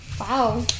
wow